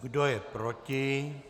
Kdo je proti?